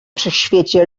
wszechświecie